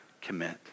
commit